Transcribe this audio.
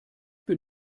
bin